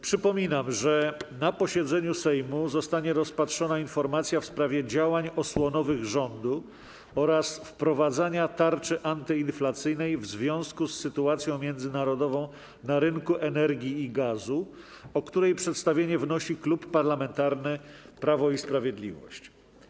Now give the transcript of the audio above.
Przypominam, że na posiedzeniu Sejmu zostanie rozpatrzona informacja w sprawie działań osłonowych rządu oraz wprowadzenia tarczy antyinflacyjnej, w związku z sytuacją międzynarodową na rynku energii i gazu, o której przedstawienie wnosi Klub Parlamentarny Prawo i Sprawiedliwość.